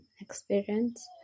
experience